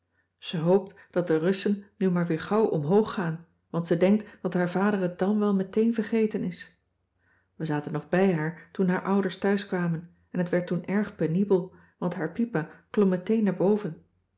ze hoopt dat de russen nu maar weer gauw omhoog gaan want ze denkt dat haar vader het dan wel meteen vergeten is we zaten nog bij haar toen haar ouders thuiskwamen en het werd toen erg penibel want haar pipa klom meteen naar boven